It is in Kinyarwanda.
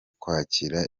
kwakira